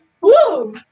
Woo